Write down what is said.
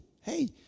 hey